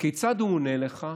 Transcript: כיצד הוא עונה לך?